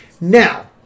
Now